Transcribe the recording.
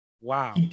wow